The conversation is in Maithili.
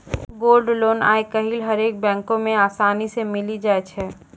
गोल्ड लोन आइ काल्हि हरेक बैको मे असानी से मिलि जाय छै